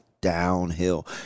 downhill